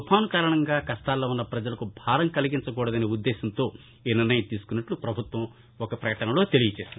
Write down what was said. తుఫాసు కారణంగా కష్టాల్లో ఉన్న పజలకు భారం కలిగించకూడదనే ఉద్దేశ్యంతో ఈ నిర్ణయం తీసుకున్నట్ల ప్రపభుత్వం ఒక ప్రపకటనలో తెలిపింది